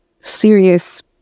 serious